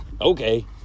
Okay